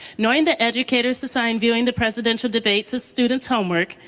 knowing that educators assign viewing the presidential debates as students' homework,